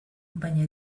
baina